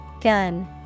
Gun